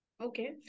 Okay